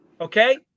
Okay